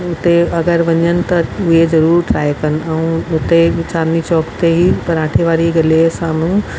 उते अगरि वञनि त इहे ज़रूरु ट्राए कनि ऐं उते चांदनी चौक ते ई पराठे वाली गलीअ साम्हूं